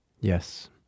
yes